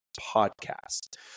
Podcast